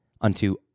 unto